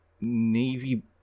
Navy